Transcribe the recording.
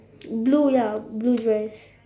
blue ya blue dress